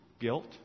guilt